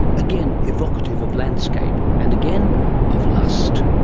again evocative of landscape, and again of lust.